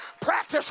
practice